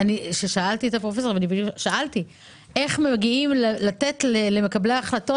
שאלתי איך מגיעים לתת למקבלי ההחלטות,